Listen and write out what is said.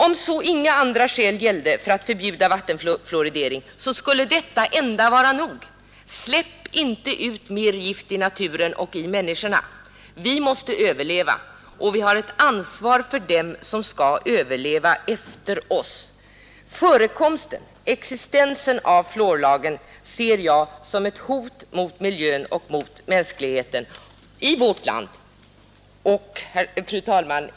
Om så inga andra skäl gällde för att förbjuda vattenfluoridering skulle detta enda vara nog: Släpp inte ut mer gift i naturen och i människorna! Vi måste överleva, och vi har ett ansvar för dem som skall överleva efter oss. Existensen av fluorlagen ser jag som ett hot mot miljön och mot människorna i vårt land. Fru talman!